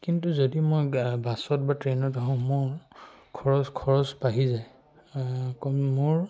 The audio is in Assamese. কিন্তু যদি মই বাছত বা ট্ৰেইনত আহোঁ মোৰ খৰচ খৰচ বাঢ়ি যায় ক মোৰ